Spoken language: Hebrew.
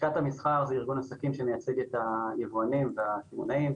לשכת המסחר וארגון העסקים שמייצג את היבואנים והיצרנים,